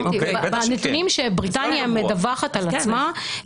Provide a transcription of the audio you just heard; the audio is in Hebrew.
בנתונים שבריטניה מדווחת על עצמה,